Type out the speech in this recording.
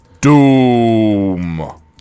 Doom